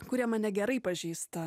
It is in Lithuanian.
kurie mane gerai pažįsta